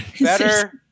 Better